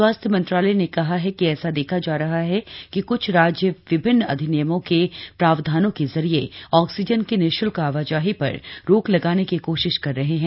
स्वास्थ्य मंत्रालय ने कहा है कि ऐसा देखा जा रहा है कि कुछ राज्य विभिन्न अधिनियमों के प्रावधानों के जरिये ऑक्सीजन की निशुल्क आवाजाही पर रोक लगाने की कोशिश कर रहे हैं